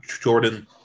Jordan